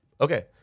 Okay